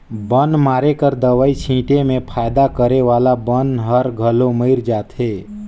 बन मारे कर दवई छीटे में फायदा करे वाला बन हर घलो मइर जाथे